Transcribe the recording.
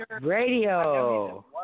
Radio